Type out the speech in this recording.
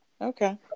Okay